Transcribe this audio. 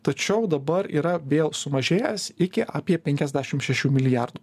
tačiau dabar yra vėl sumažėjęs iki apie penkiasdešim šešių milijardų